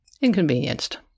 Inconvenienced